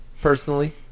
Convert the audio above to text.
Personally